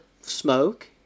smoke